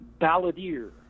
balladeer